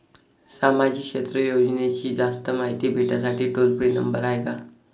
सामाजिक क्षेत्र योजनेची जास्त मायती भेटासाठी टोल फ्री नंबर हाय का?